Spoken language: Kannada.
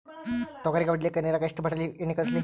ತೊಗರಿಗ ಹೊಡಿಲಿಕ್ಕಿ ನಿರಾಗ ಎಷ್ಟ ಬಾಟಲಿ ಎಣ್ಣಿ ಕಳಸಲಿ?